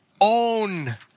own